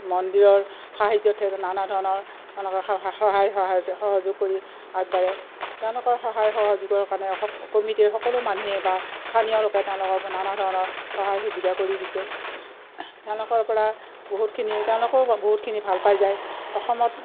মন্দিৰৰ সাহাৰ্যত সিহঁতে নানা ধৰণৰ তেওঁলোকৰ স সহায় স সহযোগ কৰি আগবাঢ়ে তেওঁলোকৰ সহায় সহযোগৰ কাৰণে কমিটিৰ সকলো মানুহে বা স্থানীয় লোকে তেওঁলোকক নানা ধৰণৰ সহায় সুবিধা কৰি দিছে তেওঁলোকৰ পৰা বহুতখিনি তেওঁলোকেও বহুতখিনি ভাল পাই যায় অসমত